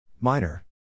Minor